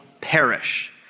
perish